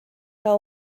que